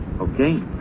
Okay